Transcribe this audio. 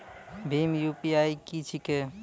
भीम UPI की छीके?